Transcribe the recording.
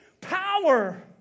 power